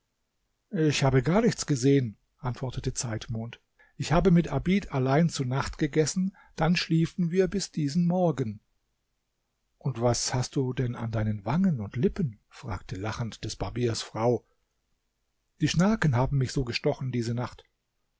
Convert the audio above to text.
ich habe gar nichts gesehen antwortete zeitmond ich habe mit abid allein zu nacht gegessen dann schliefen wir bis diesen morgen und was hast du denn an deinen wangen und lippen fragte lachend des barbiers frau die schnaken haben mich so gestochen diese nacht